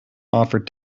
offered